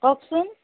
কওকচোন